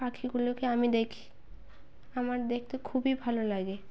পাখিগুলোকে আমি দেখি আমার দেখতে খুবই ভালো লাগে